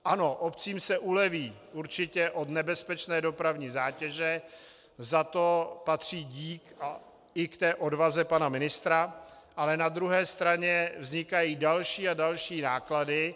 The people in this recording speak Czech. Ano, obcím se uleví určitě od nebezpečné dopravní zátěže, za to patří dík i k odvaze pana ministra, ale na druhé straně vznikají další a další náklady.